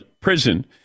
prison